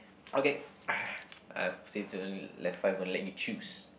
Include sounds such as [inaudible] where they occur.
okay [noise] uh since only left five I will let you choose